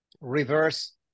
reverse